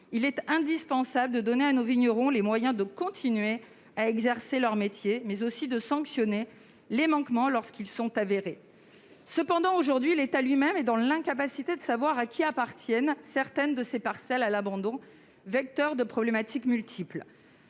il est indispensable de donner à nos vignerons les moyens de continuer à exercer leur métier, mais aussi de sanctionner les manquements, lorsqu'ils sont avérés. Cependant, l'État lui-même est aujourd'hui dans l'incapacité de savoir à qui appartiennent certaines de ces parcelles à l'abandon, vecteurs de problématiques pour les